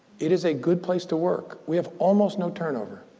it is a good place to work. we have almost no turnover.